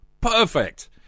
Perfect